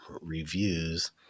reviews